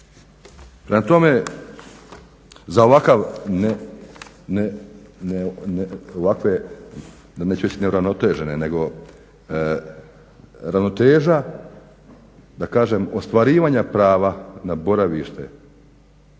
Prema tome za ovakve neću reći neuravnotežene nego ravnoteža da kažem ostvarivanja prava na boravište